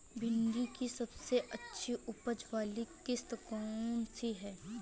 भिंडी की सबसे अच्छी उपज वाली किश्त कौन सी है?